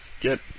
get